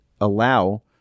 allow